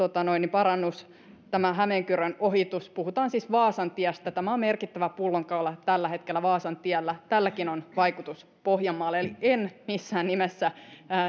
parannuksella tällä hämeenkyrön ohituksella puhutaan siis vaasantiestä tämä on merkittävä pullonkaula tällä hetkellä vaasantiellä on vaikutus pohjanmaalle eli missään nimessä